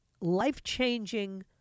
life-changing